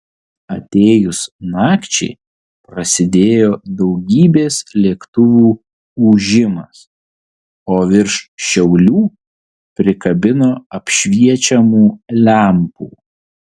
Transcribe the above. atėjus nakčiai prasidėjo daugybės lėktuvų ūžimas o virš šiaulių prikabino apšviečiamų lempų